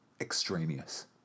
extraneous